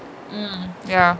ya